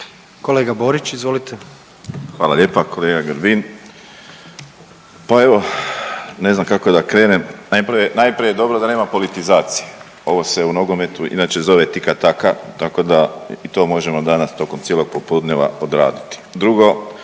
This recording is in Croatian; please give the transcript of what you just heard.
**Borić, Josip (HDZ)** Hvala lijepa. Kolega Grbin, pa evo ne znam kako da krenem, najprije, najprije je dobro da nema politizacije. Ovo se u nogometu inače zove tika taka tako da i to možemo danas tokom cijelog popodnevna odraditi. Drugo